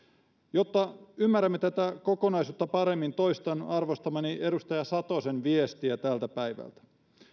jotta ymmärrämme tätä kokonaisuutta paremmin toistan arvostamani edustaja satosen viestiä tältä päivältä